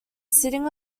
sitting